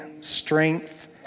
strength